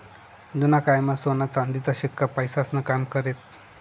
जुना कायमा सोना चांदीचा शिक्का पैसास्नं काम करेत